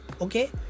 Okay